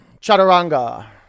Chaturanga